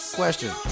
question